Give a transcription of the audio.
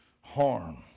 harm